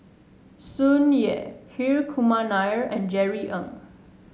Tsung Yeh Hri Kumar Nair and Jerry Ng